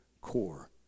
core